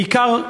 בעיקר,